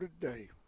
today